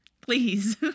please